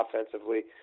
offensively